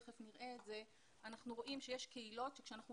אנחנו רואים שיש קהילות שכאשר אנחנו